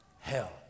Hell